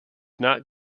not